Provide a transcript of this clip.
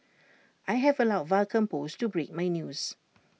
I have allowed Vulcan post to break my news